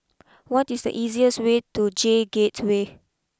what is the easiest way to J Gateway